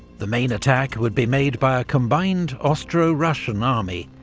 the main attack would be made by a combined austro-russian army,